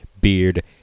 Beard